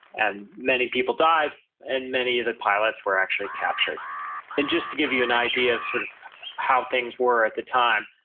and many people died and many of the pilots were actually captured and just to give you an idea of sort of how things were at the time,